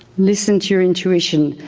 listen to your intuition,